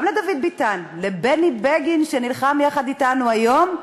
גם לדוד ביטן, לבני בגין שנלחם יחד אתנו היום,